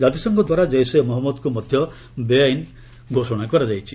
ଜାତିସଂଘଦ୍ୱାରା ଜେସେ ମହଞ୍ଚଦକୁ ମଧ୍ୟ ବେଆଇନ ଘୋଷଣା କରାଯାଇଛି